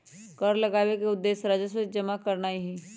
कर लगाबेके उद्देश्य राजस्व जमा करनाइ हइ